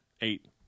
eight